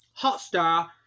Hotstar